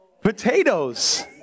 Potatoes